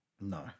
no